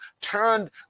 turned